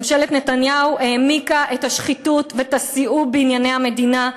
ממשלת נתניהו העמיקה את השחיתות ואת הסיאוב בענייני המדינה,